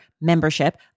membership